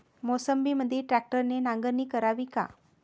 मोसंबीमंदी ट्रॅक्टरने नांगरणी करावी का?